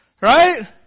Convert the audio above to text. Right